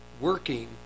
working